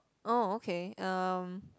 oh okay uh